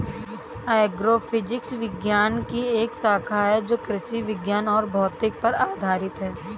agrophysics विज्ञान की एक शाखा है जो कृषि विज्ञान और भौतिकी पर आधारित है